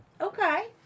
Okay